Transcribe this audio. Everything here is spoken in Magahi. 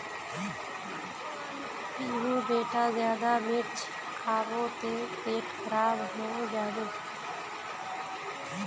पीहू बेटा ज्यादा मिर्च खाबो ते पेट खराब हों जाबे